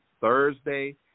Thursday